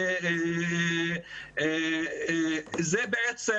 זה בעצם